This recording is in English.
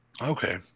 Okay